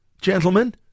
gentlemen